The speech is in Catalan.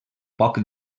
poc